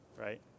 right